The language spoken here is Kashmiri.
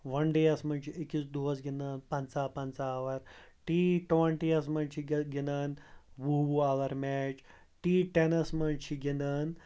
وَن ڈے یَس منٛز چھِ أکِس دۄہَس گِںٛدان پنٛژاہ پنٛژاہ اَوَر ٹی ٹُوَںٹی یَس منٛز چھِ گہِ گِنٛدان وُہ وُہ اَوَر میچ ٹی ٹٮ۪نَس منٛز چھِ گِنٛدان